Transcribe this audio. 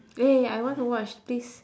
eh I want to watch please